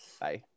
Bye